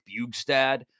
Bugstad